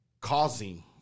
causing